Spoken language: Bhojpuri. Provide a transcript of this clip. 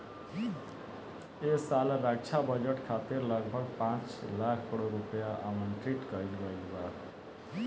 ऐ साल रक्षा बजट खातिर लगभग पाँच लाख करोड़ रुपिया आवंटित कईल गईल बावे